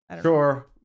Sure